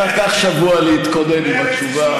קח שבוע להתכונן עם התשובה.